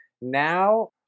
now